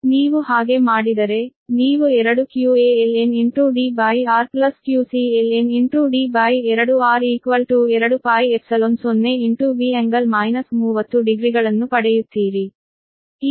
ನೀವು ಹಾಗೆ ಮಾಡಿದರೆ ನೀವು 2qaln Drqcln D2r2π0V∟ 30 ಡಿಗ್ರಿಗಳನ್ನು ಪಡೆಯುತ್ತೀರಿ